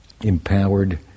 empowered